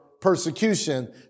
persecution